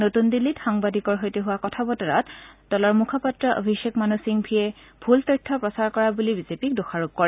নতুন দিল্লীত সাংবাদিকৰ সৈতে হোৱা কথা বতৰাত দলৰ মুখপাত্ৰ অভিষেক মানু সিংভিয়ে ভূল তথ্য প্ৰচাৰ কৰা বুলি বিজেপিক দোষাৰোপ কৰে